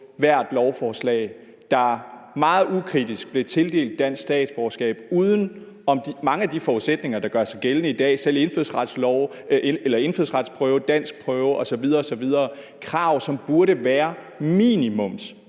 hvert lovforslag meget ukritisk blev tildelt dansk statsborgerskab uden mange af de forudsætninger, der gør sig gældende i dag, som indfødsretsprøve, danskprøve osv. Det er krav, som burde være